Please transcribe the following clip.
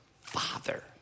father